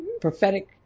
prophetic